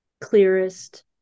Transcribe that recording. clearest